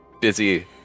busy